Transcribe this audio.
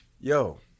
yo